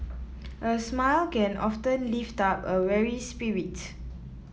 a range of sandpaper is used to make the surface smooth